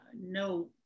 no